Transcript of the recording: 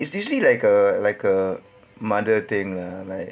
it's usually like a like a mother thing lah like